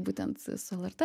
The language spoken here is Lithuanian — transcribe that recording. būtent su lrt